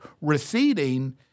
receding